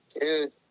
Dude